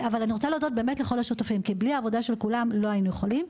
אני רוצה מאוד להודות לכל השותפים כי אחרת לא היינו יכולים,